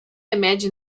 imagine